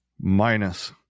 minus